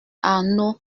arnaud